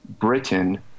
Britain